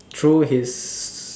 throw his